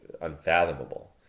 unfathomable